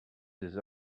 des